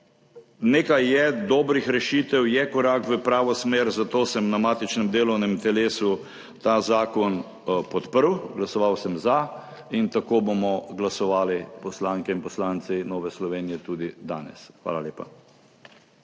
nekaj je dobrih rešitev, je korak v pravo smer, zato sem na matičnem delovnem telesu ta zakon podprl, glasoval sem za, in tako bomo glasovali poslanke in poslanci Nove Slovenije tudi danes. Hvala lepa.